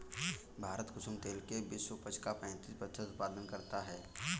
भारत कुसुम तेल के विश्व उपज का पैंतीस प्रतिशत उत्पादन करता है